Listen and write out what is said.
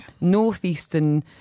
Northeastern